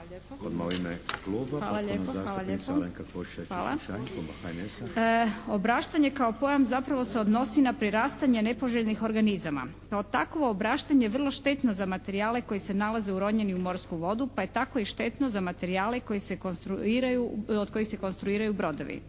Hvala. Obraštanje kao pojam zapravo se odnosi na prirastanje nepoželjnih organizama. Kao takvo obraštanje je vrlo štetno za materijale koji se nalaze uronjeni u morsku vodu pa je tako i štetno za materijale koji se konstruiraju, od